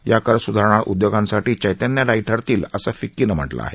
या कर सुधारणा उद्योगांसाठी चैतन्यदायी ठरतील असं फिक्की नं म्हटलं आहे